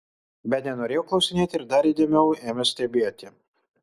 bet nenorėjo klausinėti ir dar įdėmiau ėmė stebėti